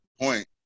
point